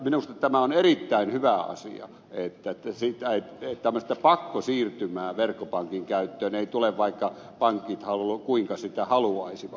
minusta tämä on erittäin hyvä asia että tämmöistä pakkosiirtymää verkkopankin käyttöön ei tule vaikka pankit sitä kuinka haluaisivat